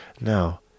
Now